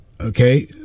Okay